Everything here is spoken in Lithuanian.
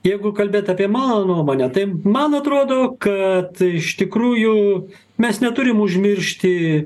jeigu kalbėt apie mano nuomonę tai man atrodo kad iš tikrųjų mes neturim užmiršti